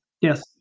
Yes